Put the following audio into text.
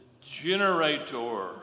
generator